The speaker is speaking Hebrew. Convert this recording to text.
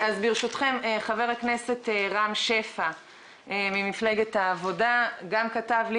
ברשותכם, חבר הכנסת רם שפע גם כתב לי.